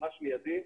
ממש מיידי,